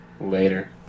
Later